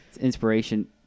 inspiration